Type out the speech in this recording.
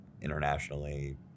internationally